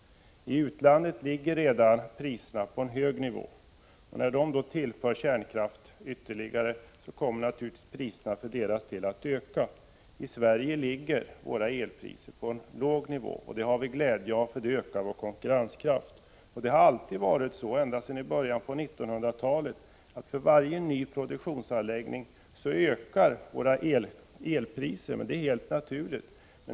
I utlandet ligger priserna redan på en hög nivå. När man i utlandet tillför ytterligare kärnkraft, kommer priserna där naturligtvis att öka. I Sverige ligger elpriserna på en låg nivå. Det har vi glädje av, för det ökar vår konkurrenskraft. Ända sedan början av 1900-talet har det varit så, att för varje ny produktionsanläggning har våra elpriser ökat — och det är ju helt naturligt.